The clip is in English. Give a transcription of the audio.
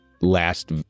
last